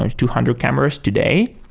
ah two hundred cameras today,